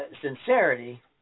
Sincerity